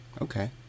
okay